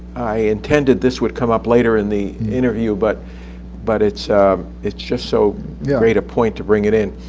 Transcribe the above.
i intended this would come up later in the interview, but but it's it's just so great a point to bring it in.